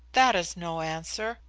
that is no answer.